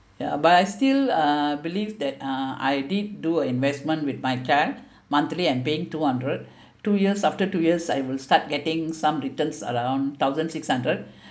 ya but I still uh believe that uh I did do investment with my child monthly and paying two hundred two years after two years I will start getting some returns around thousand six hundred